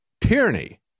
tyranny